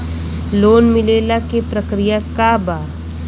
Loan मिलेला के प्रक्रिया का बा?